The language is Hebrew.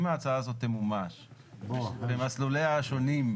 אם ההצעה הזאת תמומש במסלוליה השונים,